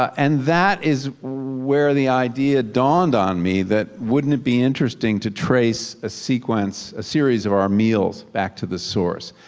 and that is where the idea dawned on me that wouldn't it be interesting to trace the ah sequence, a series of our meals back to the source.